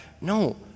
no